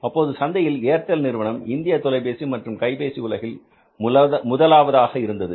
அப்போது சந்தையில் ஏர்டெல் நிறுவனம் இந்திய தொலைபேசி மற்றும் கைபேசி உலகில் முதலாவதாக இருந்தது